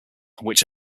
which